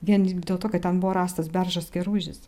vien dėl to kad ten buvo rastas beržas keružis